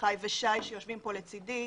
עמיחי ושי שיושבים כאן לצדי.